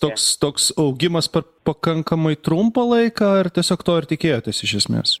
toks toks augimas per pakankamai trumpą laiką ar tiesiog to ir tikėjotės iš esmes